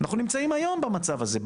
אנחנו נמצאים היום במצב הזה.